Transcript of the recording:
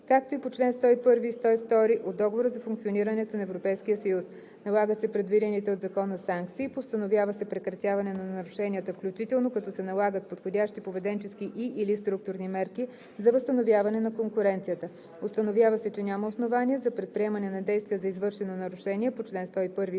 както и по чл. 101 и 102 от Договора за функционирането на Европейския съюз; налагат се предвидените от закона санкции; постановява се прекратяване на нарушенията, включително като се налагат подходящи поведенчески и/или структурни мерки за възстановяване на конкуренцията; установява се, че няма основание за предприемане на действия за извършено нарушение по чл. 101 и 102